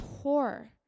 poor